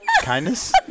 Kindness